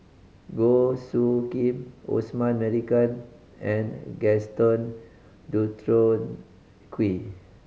Goh Soo Khim Osman Merican and Gaston Dutronquoy